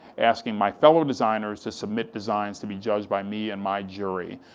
asking my fellow designers to submit designs to be judged by me and my jury.